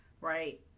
right